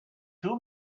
two